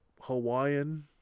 Hawaiian